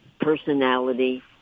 personality